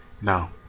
Now